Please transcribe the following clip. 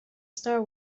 star